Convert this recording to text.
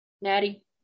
natty